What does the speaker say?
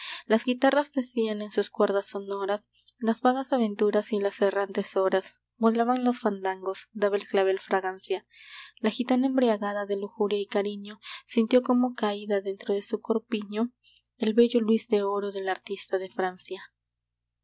las guitarras decían en sus cuerdas sonoras las vagas aventuras y las errantes horas volaban los fandangos daba el clavel fragancia la gitana embriagada de lujuria y cariño sintió cómo caída dentro de su corpiño el bello luis de oro del artista de francia